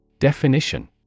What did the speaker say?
Definition